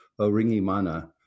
Oringimana